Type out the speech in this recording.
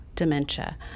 dementia